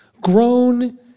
grown